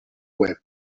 web